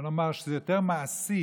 בוא נאמר שזה יותר מעשי